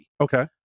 Okay